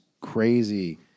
crazy